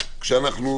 נוצרה